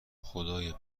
خدای